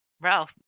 Ralph